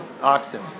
oxen